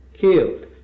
killed